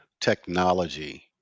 technology